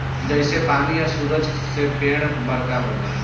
जइसे पानी आ सूरज से पेड़ बरका होला